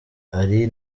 ari